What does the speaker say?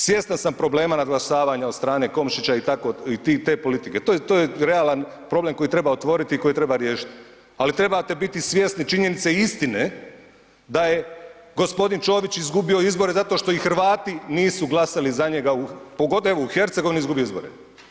Svjestan sam problema nadglasavanja od strane Komšića i te politike, to je realan problem koji treba otvoriti i koji treba riješiti, ali trebate biti svjesni činjenice istine da je gospodin Čović izgubio izbore zato što i Hrvati nisu glasali za njega u, u Hercegovini izgubi izbore.